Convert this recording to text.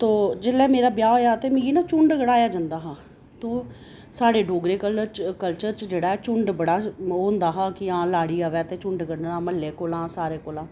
तो जेल्लै मेरा ब्याह् होएआ ते मिगी ना झुंड कढाएआ जंदा हा तो साढ़े डोगरे कलर कल्चर च जेह्ड़ा ऐ झुंड़ बड़ा ओह् होंदा हा कि हां लाड़ी आवै ते झुंड कड्ढना म्हल्ले कोला